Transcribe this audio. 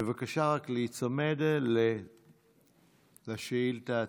בבקשה להיצמד לשאילתה עצמה,